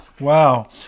Wow